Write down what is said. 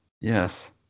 Yes